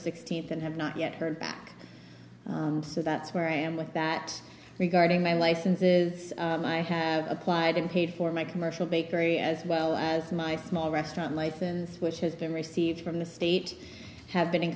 sixteenth and have not yet heard back so that's where i am with that regarding my licenses i have applied and paid for my commercial bakery as well as my small restaurant life and which has been received from the state have been in